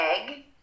egg